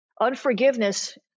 Unforgiveness